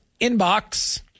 inbox